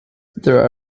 there